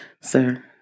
sir